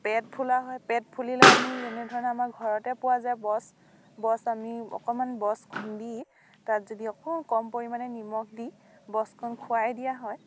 পেট ফুলা হয় পেট ফুলিলে আমি যেনেধৰণে আমাৰ ঘৰতে পোৱা যায় বচ বচ আমি অকণমান বচ খুন্দি তাত যদি অকণ কম পৰিমাণে নিমখ দি বচখন খুৱাই দিয়া হয়